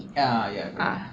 ah ya correct correct